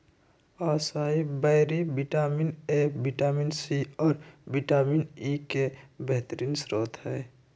असाई बैरी vitamin A, vitamin C, और vitamin E के बेहतरीन स्त्रोत हई